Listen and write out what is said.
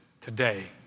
today